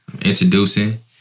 Introducing